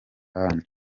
agnès